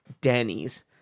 denny's